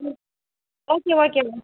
ம் ஓகே ஓகேங்க